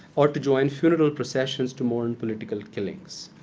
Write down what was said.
or to join funeral processions to mourn political killings.